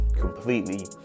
completely